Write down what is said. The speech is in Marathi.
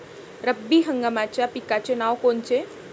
रब्बी हंगामाच्या पिकाचे नावं कोनचे?